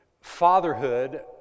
fatherhood